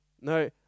No